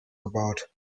gebaut